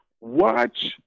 watch